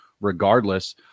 regardless